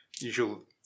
usual